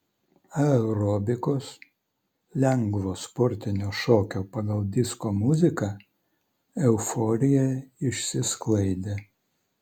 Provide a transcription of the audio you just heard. aerobikos lengvo sportinio šokio pagal disko muziką euforija išsisklaidė